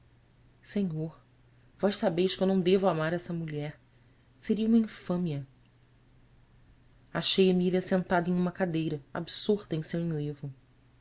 seio enhor ós sabeis que eu não devo amar essa mulher seria uma infâmia achei emília sentada em uma cadeira absorta em seu